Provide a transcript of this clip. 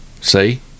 See